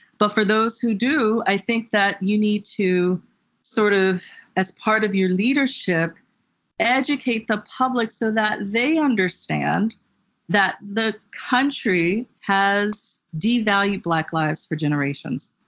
but for those who do, i think that you need to sort of as part of your leadership educate the public so that they understand that the country has devalued black lives for generations,